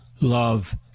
love